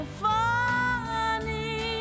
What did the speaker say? funny